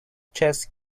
chess